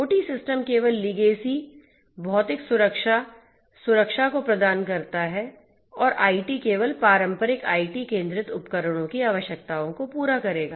OT system केवल legacy भौतिक सुरक्षा सुरक्षा को प्रधान करता है और आईटी केवल पारंपरिक आईटी केंद्रित उपकरणों की आवश्यकताओं को पूरा करेगा